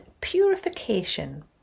purification